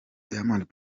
diamond